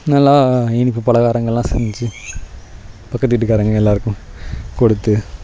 நல்லா இனிப்பு பலகாரங்கெல்லாம் செஞ்சு பக்கத்து வீட்டுகாரங்கள் எல்லாருக்கும் கொடுத்து